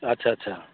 আচ্ছা আচ্ছা